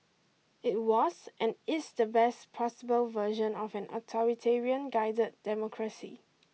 it was and is the best possible version of an authoritarian guided democracy